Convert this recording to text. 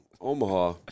Omaha